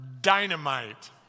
dynamite